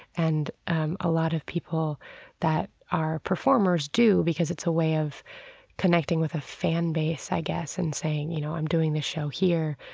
and um a lot of people that are performers do because it's a way of connecting with a fan base, i guess, and saying, you know, i'm doing this show here,